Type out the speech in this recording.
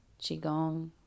Qigong